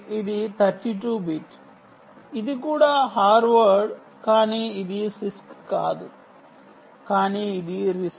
ఇది 32 బిట్ ఇది కూడా హార్వర్డ్ కానీ ఇది SISC కాదు కానీ ఇది RISC